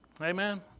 Amen